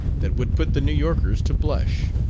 that would put the new yorkers to blush.